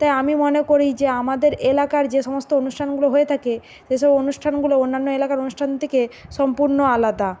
তাই আমি মনে করি যে আমাদের এলাকার যে সমস্ত অনুষ্ঠানগুলো হয়ে থাকে সেসব অনুষ্ঠানগুলো অন্যান্য এলাকার অনুষ্ঠান থেকে সম্পূর্ণ আলাদা